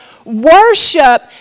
Worship